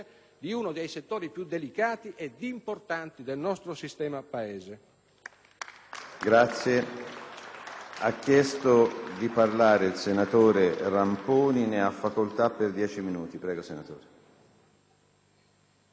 di uno dei settori più delicati ed importanti del nostro sistema Paese.